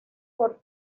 por